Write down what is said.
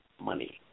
money